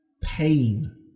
pain